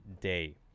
Day